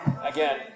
again